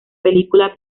película